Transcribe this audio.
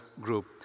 group